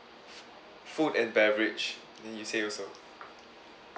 f~ food and beverage then you say also